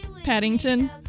Paddington